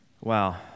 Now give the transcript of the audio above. Wow